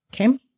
okay